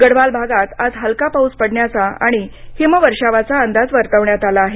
गढवाल भागात आज हलका पाऊस पडण्याचा आणि हिमवर्षावाचा अंदाज वर्तवण्यात आला आहे